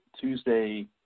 Tuesday